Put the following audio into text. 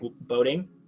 boating